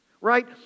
Right